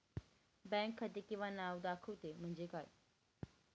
Bank खाते किंवा नाव दाखवते म्हणजे काय?